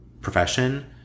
profession